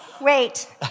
wait